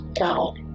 No